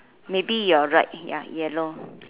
maybe you are right ya yellow